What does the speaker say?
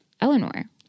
Eleanor